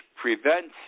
prevents